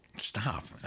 Stop